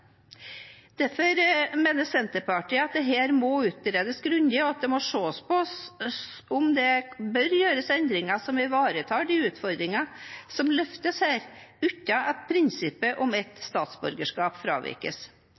derfor at dette må utredes grundig, og at det må ses på om det bør gjøres endringer som ivaretar de utfordringer som her løftes, uten at prinsippet om ett statsborgerskap fravikes.